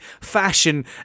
fashion